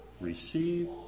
receive